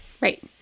Right